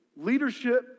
Leadership